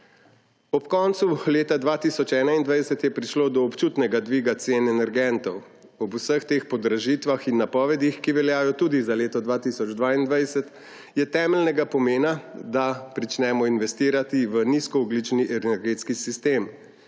Ob koncu leta 2021 je prišlo do občutnega dviga cen energentov. Ob vseh teh podražitvah in napovedih, ki veljajo tudi za leto 2022, je temeljnega pomena, da pričnemo investirati v nizkoogljični energetski sistem.